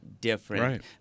different